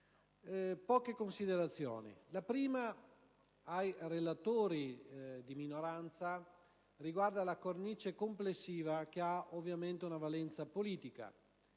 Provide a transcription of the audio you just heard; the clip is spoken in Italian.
poche considerazioni. La prima la rivolgo ai relatori di minoranza, e riguarda la cornice complessiva, che ha ovviamente valenza politica.